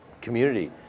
community